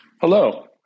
Hello